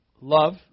Love